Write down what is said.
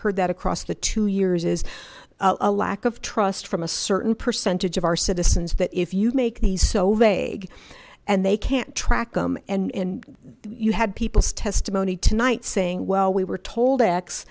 heard that across the two years is a lack of trust from a certain percentage of our citizens that if you make these so vague and they can't track them and you had people's testimony tonight saying well we were told